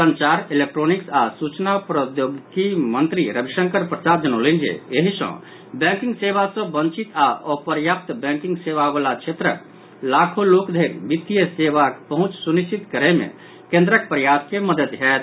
संचार इलेक्ट्रानिक्स आ सूचना प्रौद्योगिकी मंत्री रविशंकर प्रसाद जनौलनि जे एहि सँ बैंकिंग सेवा सँ बंचित आओर अप्रर्याप्त बैंकिंग सेवा वला क्षेत्रक लाखो लोक धरि वित्तीय सेवाक पहुंच सुनिश्चित करय मे केन्द्रक प्रयास के मददि होयत